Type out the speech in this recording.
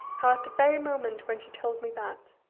how at the very moment when she told me that,